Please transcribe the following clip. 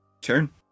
turn